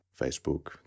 Facebook